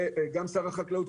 וגם שר החקלאות.